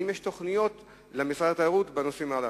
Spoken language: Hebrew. האם יש תוכניות למשרד התיירות בנושאים הללו?